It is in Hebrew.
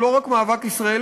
הוא לא רק מאבק ישראלי.